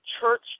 church